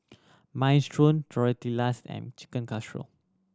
Minestrone Tortillas and Chicken Casserole